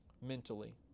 mentally